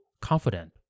confident